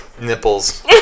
nipples